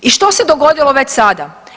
I što se dogodilo već sada?